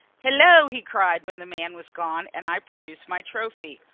hillo! he cried, when the man was gone, and i produced my trophy.